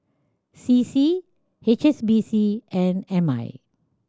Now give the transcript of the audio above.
C C H S B C and M I